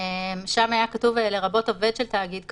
שם היה כתוב "לרבות עובד של תאגיד קשור",